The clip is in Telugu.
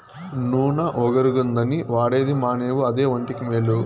నూన ఒగరుగుందని వాడేది మానేవు అదే ఒంటికి మేలు